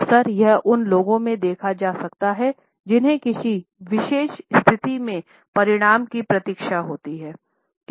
अक्सर यह उन लोगों में देखा जा सकता है जिन्हें किसी विशेष स्थिति के परिणाम की प्रतीक्षा होती है